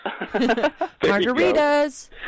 margaritas